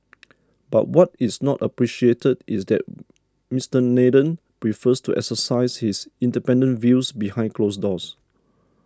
but what is not appreciated is that Mister Nathan prefers to exercise his independent views behind closed doors